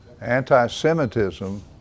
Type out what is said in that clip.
Anti-Semitism